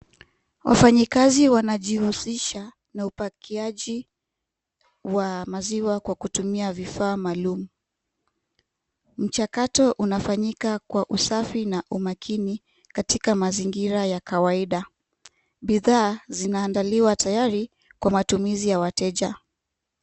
Wafanyakazi wanajihusisha na upakiaji wa maziwa kwa kutumia vifaa maalum. Mchakato unafanyika kwa usafi na umakini katika mazingira ya kawaida. Bidhaa zinaandaliwa tayari kwa matumizi ya wateja.